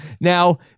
Now